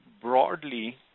broadly